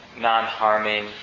non-harming